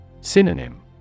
Synonym